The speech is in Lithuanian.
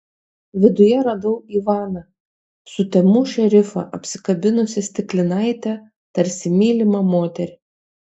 viduje radau ivaną sutemų šerifą apsikabinusį stiklinaitę tarsi mylimą moterį